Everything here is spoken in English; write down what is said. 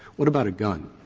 what about a gun?